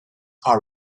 are